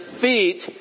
feet